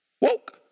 Woke